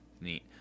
Neat